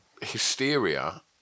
hysteria